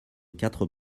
quatre